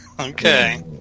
Okay